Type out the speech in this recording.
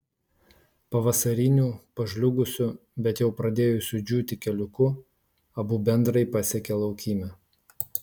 pavasariniu pažliugusiu bet jau pradėjusiu džiūti keliuku abu bendrai pasiekė laukymę